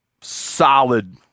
solid